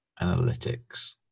analytics